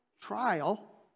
trial